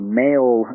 male